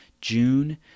June